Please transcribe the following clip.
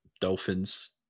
Dolphins